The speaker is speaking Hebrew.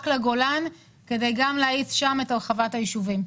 לגולן על מנת להאיץ שם את הרחבת היישובים.